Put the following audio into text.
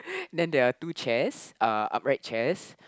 then there are two chairs uh upright chairs